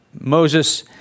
Moses